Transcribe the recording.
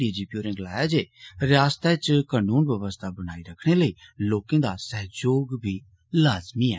D G P होरें गलाया जे रियासत च कानून व्यवस्था बनाई रक्खने लेई लोकें दा सहयोग बी लाज़मी ऐ